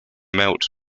melt